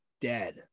dead